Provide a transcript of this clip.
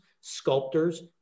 sculptors